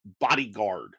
bodyguard